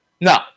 No